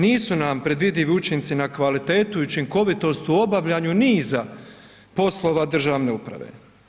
Nisu nam predvidivi učinci na kvalitetu i učinkovitost u obavljanju niza poslova državne uprave.